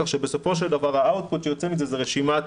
כך שבסופו של דבר האאוטפוט שיוצא מזה זו רשימת